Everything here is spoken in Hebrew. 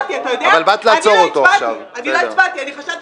אתה יודע, אני לא הצבעתי.